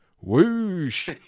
whoosh